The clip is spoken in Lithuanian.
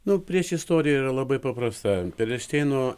nu priešistorija yra labai paprasta perelšteino